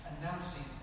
announcing